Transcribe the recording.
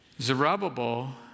Zerubbabel